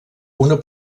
una